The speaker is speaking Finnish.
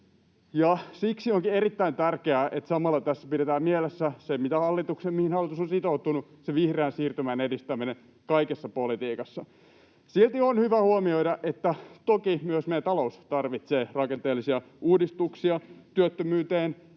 Siksi onkin erittäin tärkeää, että samalla tässä pidetään mielessä se, mihin hallitus on sitoutunut, vihreän siirtymän edistäminen kaikessa politiikassa. Silti on hyvä huomioida, että toki myös meidän talous tarvitsee rakenteellisia uudistuksia. Rakenteelliseen